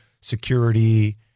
security